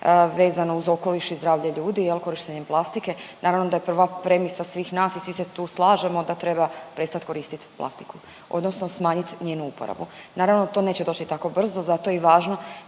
vezano uz okoliš i zdravlje ljudi, jel' korištenjem plastike. Naravno da je prva premisa svih nas i svi se tu slažemo da treba prestati koristiti plastiku, odnosno smanjit njenu uporabu. Naravno to neće doći tako brzo zato je i važno